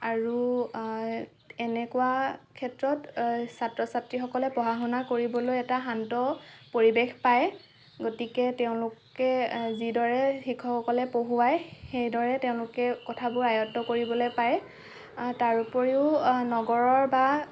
আৰু এনেকুৱা ক্ষেত্ৰত ছাত্ৰ ছাত্ৰীসকলে পঢ়া শুনা কৰিবলৈ এটা শান্ত পৰিৱেশ পাই গতিকে তেওঁলোকে যিদৰে শিক্ষকসকলে পঢ়ুৱাই সেইদৰে তেওঁলোকে কথাবোৰ আয়ত্ত কৰিবলৈ পাই তাৰোপৰিও নগৰৰ বা